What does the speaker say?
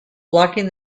blocking